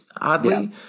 oddly